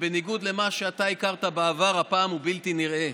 שבניגוד למה שאתה הכרת בעבר, הפעם הוא בלתי נראה.